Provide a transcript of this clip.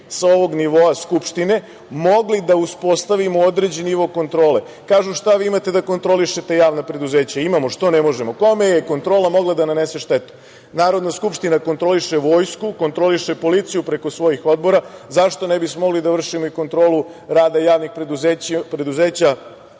sa ovog nivoa Skupštine, mogli da uspostavimo određeni nivo kontrole. Kažu, šta vi imate da kontrolišete javna preduzeća. Imamo, što ne možemo. Kome je kontrola mogla da nanese štetu. Narodna skupština kontroliše vojsku, kontroliše policiju preko svojih odbora, zašto ne bismo mogli da vršimo kontrolu rada javnih preduzeća